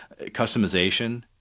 customization